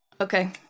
okay